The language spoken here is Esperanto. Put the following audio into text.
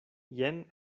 jen